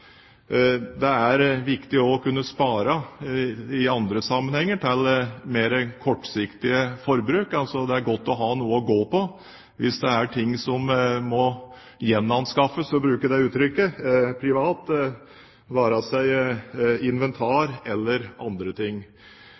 det også er viktig å kunne spare i andre sammenhenger til mer kortsiktig forbruk. Det er godt å ha noe å gå på hvis det er ting som må gjenanskaffes – for å bruke det uttrykket – privat, enten det er inventar eller andre ting.